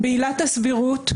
בעילת הסבירות,